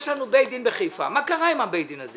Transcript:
יש לנו בית דין בחיפה, מה קרה עם בית הדין הזה?